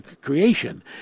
creation